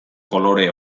kolore